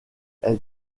elle